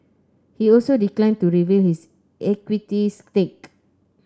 he also declined to reveal his equities stake